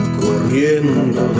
corriendo